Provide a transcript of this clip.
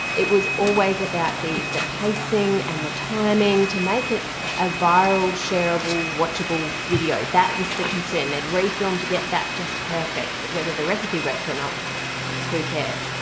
it was always about the the pacing and the timing to make it a viral, shareable, watchable video. that was the concern they'd refilm to get that just perfect but whether the recipe worked or not who cares!